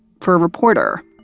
for a reporter,